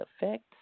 effects